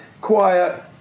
quiet